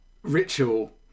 ritual